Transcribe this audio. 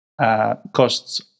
Costs